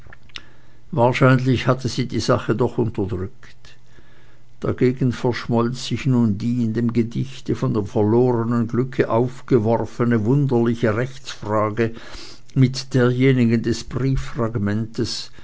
wahrscheinlich hatte sie die sache doch unterdrückt dagegen verschmolz sich nun die in dem gedichte von dem verlornen glücke aufgeworfene wunderliche rechtsfrage mit derjenigen des